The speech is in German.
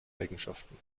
eigenschaften